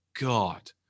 God